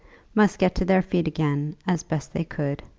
must get to their feet again as best they could,